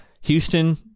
Houston